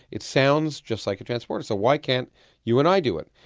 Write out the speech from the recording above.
it sounds just like a transporter, so why can't you and i do it?